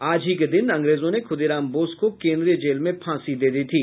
आज ही के दिन अंग्रेजों ने खुदीराम बोस को केन्द्रीय जेल में फाँसी दे दी थी